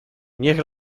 niech